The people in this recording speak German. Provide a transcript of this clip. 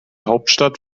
hauptstadt